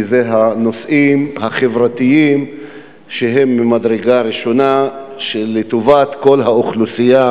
כי אלה נושאים חברתיים ממדרגה ראשונה לטובת כל האוכלוסייה,